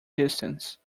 distance